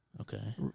okay